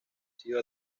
sido